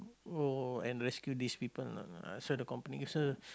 oh and rescue these people lah lah Sir the company Sir